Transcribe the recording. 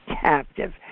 captive